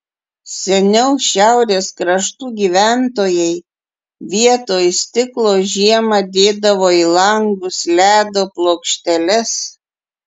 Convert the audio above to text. seniau šiaurės kraštų gyventojai vietoj stiklo žiemą dėdavo į langus ledo plokšteles